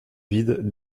vides